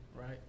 right